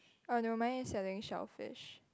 oh nevermind is selling shellfish